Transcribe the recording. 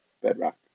bedrock